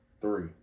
Three